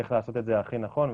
איך לעשות את זה הכי נכון,